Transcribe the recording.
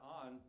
on